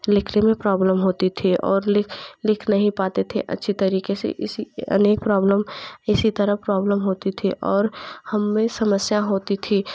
लिखने में प्रॉब्लेम होती थी और लिख लिख नहीं पाते थे अच्छे तरीके से इसी अनेक प्रॉब्लम इसी तरह प्रॉब्लम होती थी और हमें समस्या होती थी